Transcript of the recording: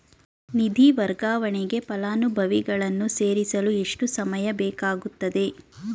ನಿಧಿ ವರ್ಗಾವಣೆಗೆ ಫಲಾನುಭವಿಗಳನ್ನು ಸೇರಿಸಲು ಎಷ್ಟು ಸಮಯ ಬೇಕಾಗುತ್ತದೆ?